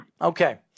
Okay